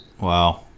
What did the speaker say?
Wow